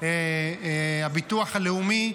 הביטוח הלאומי,